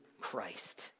Christ